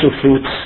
fruits